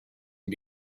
and